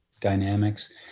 dynamics